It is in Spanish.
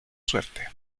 suerte